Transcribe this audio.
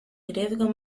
cerebro